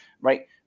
right